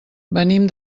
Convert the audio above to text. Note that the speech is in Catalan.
venim